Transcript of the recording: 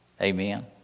Amen